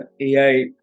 AI